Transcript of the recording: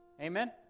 Amen